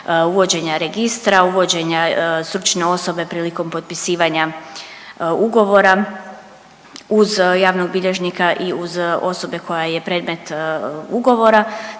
uvođenja registra, uvođenja stručne osobe prilikom potpisivanja ugovora, uz javnog bilježnika i uz osobe koja je predmet ugovora